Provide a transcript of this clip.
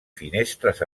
finestres